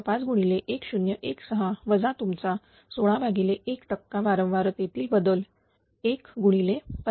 5 गुणिले1016 वजा तुमचा 16 भागिले 1 टक्का वारंवार येतील बदल 1 गुणिले 50